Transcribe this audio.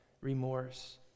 remorse